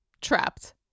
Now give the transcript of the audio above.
trapped